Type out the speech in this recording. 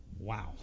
Wow